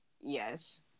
Yes